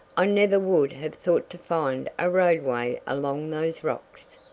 i never would have thought to find a roadway along those rocks.